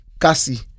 Cassie